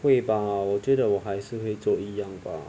会吧我觉得我还是会做一样吧